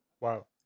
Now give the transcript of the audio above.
Wow